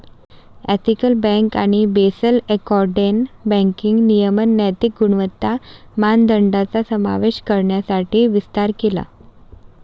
ethical bank आणि Basel एकॉर्डने banking नियमन नैतिक गुणवत्ता मानदंडांचा समावेश करण्यासाठी विस्तार केला